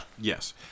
Yes